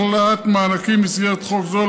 הכללת מענקים במסגרת חוק זה,